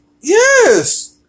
Yes